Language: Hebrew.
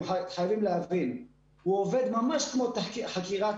חייבים להבין שהתחקיר הזה עובד ממש כמו חקירת